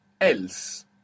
else